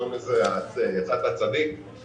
אנחנו